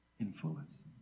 influence